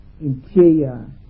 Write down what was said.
interior